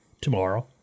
tomorrow